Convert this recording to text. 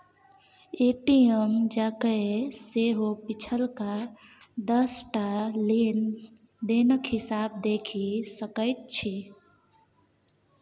ATM जाकए सेहो पिछलका दस टा लेन देनक हिसाब देखि सकैत छी